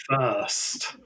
first